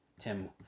Tim